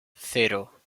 cero